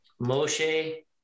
Moshe